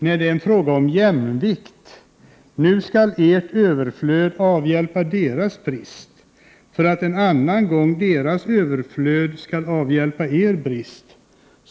Nej, det är en fråga om jämvikt; nu skall ert överflöd avhjälpa deras brist, för att en annan gång deras överflöd skall avhjälpa er brist.